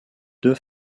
deux